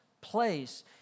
place